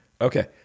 Okay